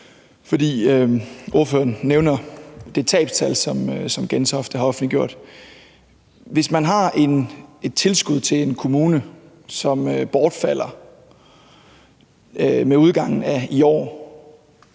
skyld. Ordføreren nævner det tabstal, som Gentofte har offentliggjort. Hvis man har et tilskud til en kommune, som bortfalder med udgangen af i år